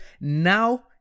now